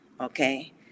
Okay